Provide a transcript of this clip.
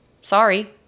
sorry